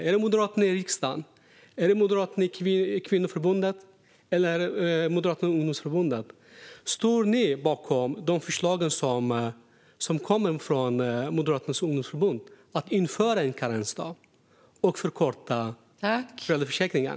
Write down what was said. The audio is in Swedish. Är det moderaterna i riksdagen, moderaterna i kvinnoförbundet eller moderaterna i ungdomsförbundet? Står ni bakom de förslag som kom från Moderata ungdomsförbundet om att införa en karensdag och förkorta föräldraförsäkringen?